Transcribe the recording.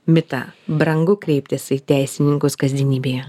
mitą brangu kreiptis į teisininkus kasdienybėje